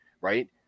right